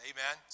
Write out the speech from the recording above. Amen